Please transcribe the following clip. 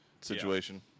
situation